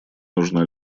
нужна